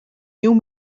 nieuw